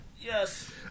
Yes